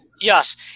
Yes